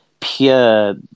Pure